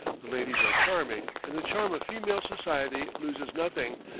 the ladies are charming, and the charm of female society loses nothing,